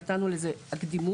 נתנו לזה קדימות.